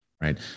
Right